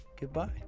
goodbye